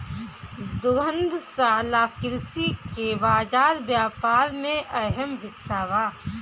दुग्धशाला कृषि के बाजार व्यापार में अहम हिस्सा बा